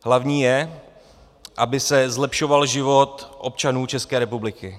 Hlavní je, aby se zlepšoval život občanů České republiky.